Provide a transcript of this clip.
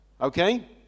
Okay